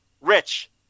rich